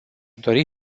dori